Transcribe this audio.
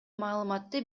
маалыматты